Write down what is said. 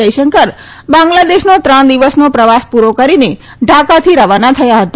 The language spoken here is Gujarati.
જયશંકર બાંગ્લાદેશનો ત્રણ દિવસનો પ્રવાસ પૂરો કરીને ઢાકાથી રવાના થયા હતા